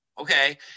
Okay